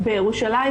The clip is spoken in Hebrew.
בירושלים,